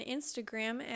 Instagram